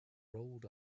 rolled